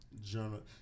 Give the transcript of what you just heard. journal